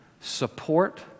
support